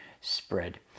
spread